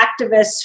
activists